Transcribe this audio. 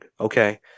Okay